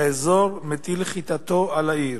האזור מטיל חתתו על העיר.